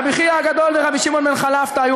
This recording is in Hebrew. רבי חייא הגדול ורבי שמעון בן חלפתא היו